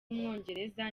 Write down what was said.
w’umwongereza